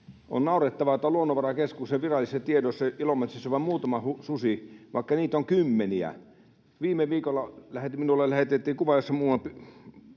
On naurettavaa, että on Luonnonvarakeskus ja virallisissa tiedoissa Ilomantsissa on vain muutama susi, vaikka niitä on kymmeniä. Viime viikolla minulle lähetettiin kuva, jossa muuan